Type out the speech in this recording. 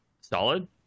solid